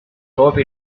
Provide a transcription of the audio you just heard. hope